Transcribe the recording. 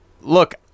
look